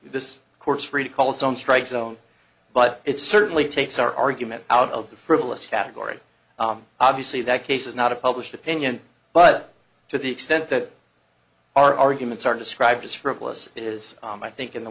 of course free to call its own strike zone but it certainly takes our argument out of the frivolous category obviously that case is not a published opinion but to the extent that our arguments are described as frivolous it is i think in the